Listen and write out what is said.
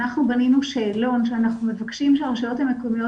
אנחנו בנינו שאלון שאנחנו מבקשים שהרשויות המקומיות